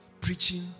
preaching